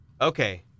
Okay